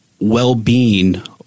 well-being